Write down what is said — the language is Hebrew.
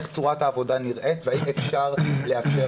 איך נראית צורת העבודה והאם אפשר לאפשר